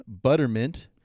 buttermint